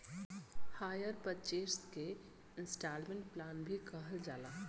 hire purchase के installment plan भी कहल जाला